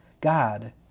God